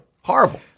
Horrible